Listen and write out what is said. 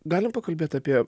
galim pakalbėt apie